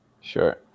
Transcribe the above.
Sure